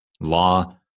law